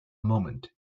moment